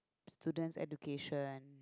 students education